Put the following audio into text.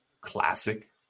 classic